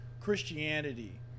Christianity